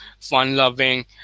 fun-loving